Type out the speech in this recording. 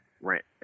Rent